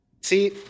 See